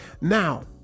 Now